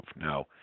Now